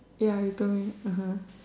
ya you told me (uh huh)